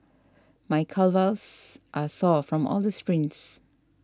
my calves are sore from all the sprints